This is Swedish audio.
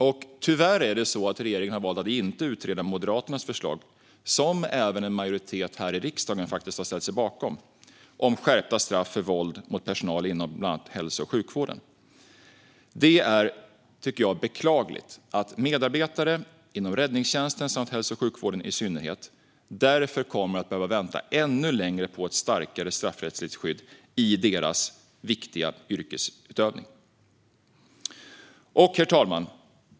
Regeringen har tyvärr valt att inte ens utreda Moderaternas förslag, som en majoritet i riksdagen har ställt sig bakom, om skärpta straff för våld mot personal inom bland annat hälso och sjukvården. Det är beklagligt att medarbetare inom räddningstjänsten samt hälso och sjukvården i synnerhet därför kommer att få vänta ännu längre på ett starkare straffrättsligt skydd i deras viktiga yrkesutövning. Herr talman!